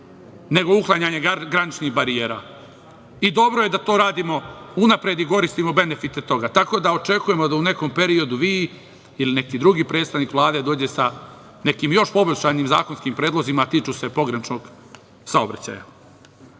nego uklanjanje graničnih barijera? Dobro je da to radimo unapred i koristimo benefite toga. Tako da, očekujemo da u nekom periodu vi ili neki drugi predstavnik Vlade dođete sa nekim još poboljšanim zakonskim predlozima, a tiču se pograničnog saobraćaja. Ako